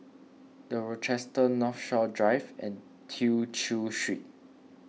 the Rochester Northshore Drive and Tew Chew Street